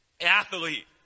athlete